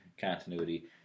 continuity